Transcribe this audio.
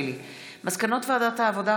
מסקנות ועדת העבודה,